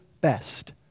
best